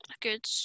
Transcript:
Good